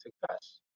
success